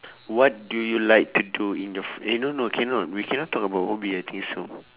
what do you like to do in your fr~ eh no no cannot we cannot talk about hobby I think so